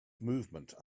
movement